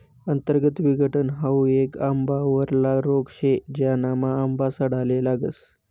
अंतर्गत विघटन हाउ येक आंबावरला रोग शे, ज्यानामा आंबा सडाले लागस